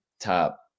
top